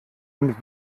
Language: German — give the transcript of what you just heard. und